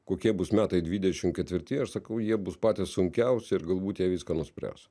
kokie bus metai dvidešim ketvirti aš sakau jie bus patys sunkiausi ir galbūt jie viską nuspręs